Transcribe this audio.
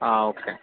okay